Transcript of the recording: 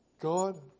God